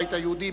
הבית היהודי,